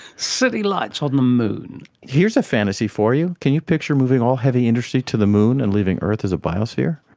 city lights on the moon! here's a fantasy for you, can you picture moving all heavy industry to the moon and leaving earth as a biosphere?